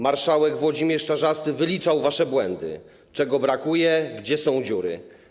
Marszałek Włodzimierz Czarzasty wyliczał wasze błędy - czego brakuje, gdzie są dziury.